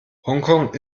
hongkong